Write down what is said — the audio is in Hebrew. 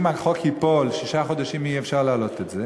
אם החוק ייפול, שישה חודשים אי-אפשר להעלות את זה,